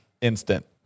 instant